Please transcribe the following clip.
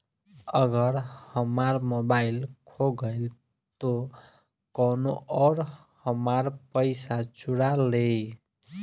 अगर हमार मोबइल खो गईल तो कौनो और हमार पइसा चुरा लेइ?